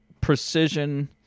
precision